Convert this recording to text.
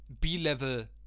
b-level